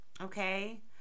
okay